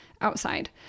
outside